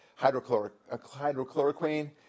hydrochloroquine